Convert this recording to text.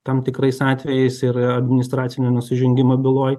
tam tikrais atvejais ir administracinio nusižengimo byloj